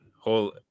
whole